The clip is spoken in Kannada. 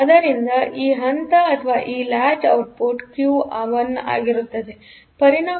ಆದ್ದರಿಂದ ಈ ಹಂತ ಅಥವಾ ಈ ಲಾಚ್ ಔಟ್ಪುಟ್ ಕ್ಯೂ 1 ಆಗಿರುತ್ತದೆಪರಿಣಾಮವಾಗಿ ಈ 3